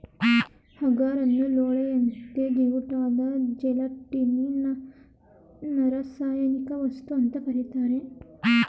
ಅಗಾರನ್ನು ಲೋಳೆಯಂತೆ ಜಿಗುಟಾದ ಜೆಲಟಿನ್ನಿನರಾಸಾಯನಿಕವಸ್ತು ಅಂತ ಕರೀತಾರೆ